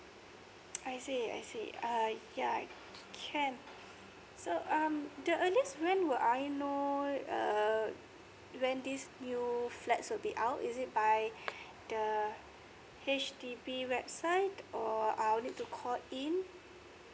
I see I see uh yeah can so um the earliest when will I know uh when this new flats will be out is it by the H_D_B website or I will need to call in